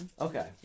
Okay